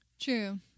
True